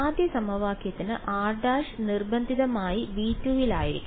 ആദ്യ സമവാക്യത്തിന് r′ നിർബന്ധിതമായി V2 ൽ ആയിരിക്കണം